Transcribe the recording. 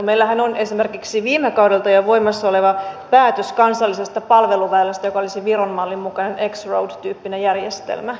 meillähän on esimerkiksi viime kaudelta jo voimassa oleva päätös kansallisesta palveluväylästä joka olisi viron mallin mukainen x road tyyppinen järjestelmä